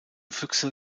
füchse